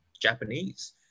japanese